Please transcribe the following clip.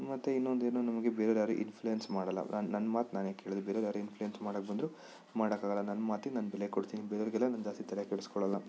ಮತ್ತೆ ಇನ್ನೊಂದು ಏನೋ ನಮಗೆ ಬೇರೆದವ್ರು ಇನ್ಫ್ಲುಯೆನ್ಸ್ ಮಾಡಲ್ಲ ನಾನು ನನ್ನ ಮಾತು ನಾನೇ ಕೇಳೋದು ಬೇರೆ ಯಾರೂ ಇನ್ಫ್ಲುಯೆನ್ಸ್ ಮಾಡೋಕೆ ಬಂದರೂ ಮಾಡೋಕ್ಕಾಗಲ್ಲ ನನ್ನ ಮಾತಿಗೆ ನಾನು ಬೆಲೆ ಕೊಡ್ತೀನಿ ಬೇರೆಯವರಿಗೆಲ್ಲ ನಾನು ಜಾಸ್ತಿ ತಲೆ ಕೆಡಿಸ್ಕೊಳಲ್ಲ